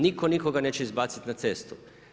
Niko nikoga neće izbaciti na cestu.